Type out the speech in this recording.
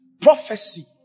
prophecy